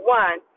one